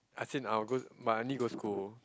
I think I will go but I only go school